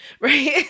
Right